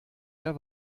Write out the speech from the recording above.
der